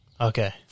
Okay